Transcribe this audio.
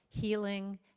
healing